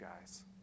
guys